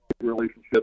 relationship